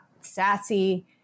sassy